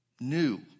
new